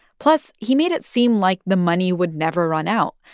plus, he made it seem like the money would never run out,